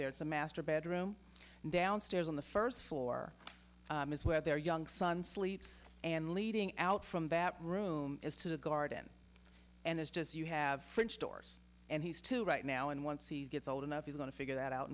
there it's a master bedroom downstairs on the first floor is where their young son sleeps and leading out from that room is to the garden and it's just you have french doors and he's two right now and once he gets old enough he's going to figure that out